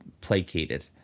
placated